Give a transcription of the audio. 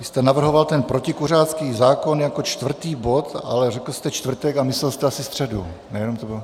Vy jste navrhoval ten protikuřácký zákon jako čtvrtý bod, ale řekl jste čtvrtek, ale myslel jste asi středu, ne?